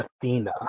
Athena